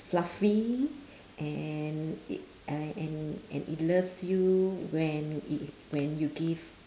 fluffy and it uh and and it loves you when it when you give